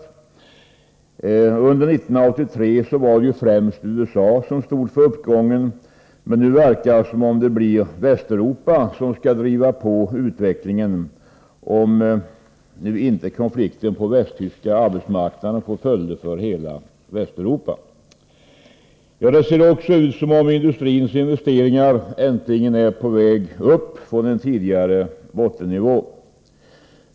Under 1983 var det främst USA som stod för uppgången, men nu verkar det som om det blir Västeuropa som skall driva på utvecklingen — om nu inte konflikten på den västtyska arbetsmarknaden får följder för hela Västeuropa. Det ser också ut som om industrins investeringar äntligen är på väg upp från en tidigare bottennivå.